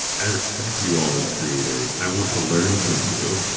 i respect you all as creators, i want to learn from you,